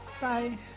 Bye